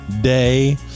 day